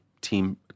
team